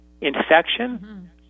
infection